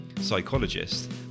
psychologist